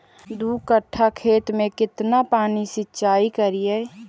दू कट्ठा खेत में केतना पानी सीचाई करिए?